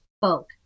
folk